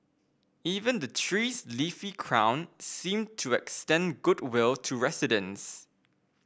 even the tree's leafy crown seemed to extend goodwill to residents